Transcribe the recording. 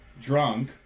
drunk